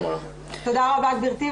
גברתי,